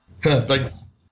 Thanks